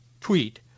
tweet